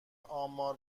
آمار